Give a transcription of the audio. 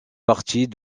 partie